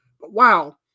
Wow